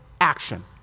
action